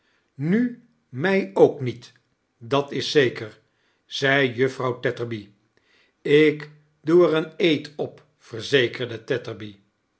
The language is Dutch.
nu mij ook niet dat is zeker zei juffrouw tetterby ik doe er een eed op verzekerde